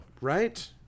right